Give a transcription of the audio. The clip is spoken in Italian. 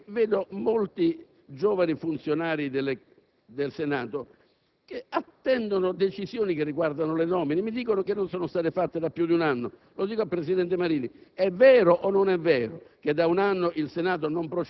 terzo luogo, noto con qualche preoccupazione che molti giovani funzionari del Senato attendono decisioni che riguardano le nomine, che mi dicono non sono state fatte da più di un anno.